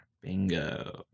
Bingo